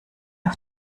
auf